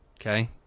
Okay